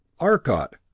Arcot